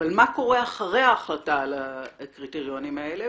אבל מה קורה אחרי ההחלטה על הקריטריונים האלה.